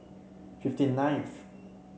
fifty ninth